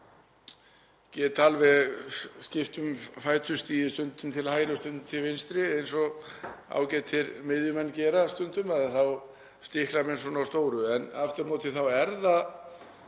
ég get alveg skipt um fætur, stigið stundum til hægri og stundum til vinstri eins og ágætir miðjumenn gera stundum, þá stikla menn á stóru. En aftur á móti er það